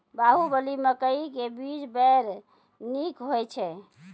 बाहुबली मकई के बीज बैर निक होई छै